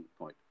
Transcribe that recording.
point